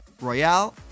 Royale